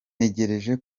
ntegereje